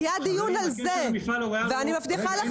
היה דיון על זה, ואני מבטיחה לך